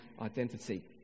identity